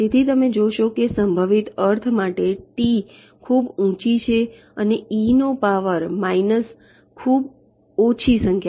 તેથી તમે જોશો કે સંભવિત અર્થ માટે ટી ખૂબ ઊંચી છે ઇ નો પાવર માઇનસ ખૂબ ઓછી સંખ્યા